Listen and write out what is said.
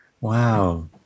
Wow